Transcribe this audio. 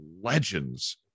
legends